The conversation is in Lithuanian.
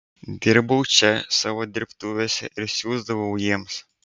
dirbau čia savo dirbtuvėse ir siųsdavau jiems